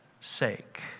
sake